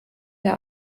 der